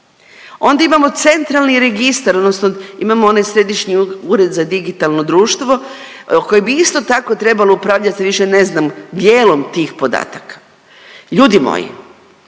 Onda imamo centralni registar odnosno imamo onaj Središnji ured za digitalno društvo koje bi isto tako trebalo upravljati više ne znam, dijelom tih podataka. Ljudi moji,